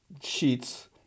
sheets